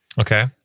Okay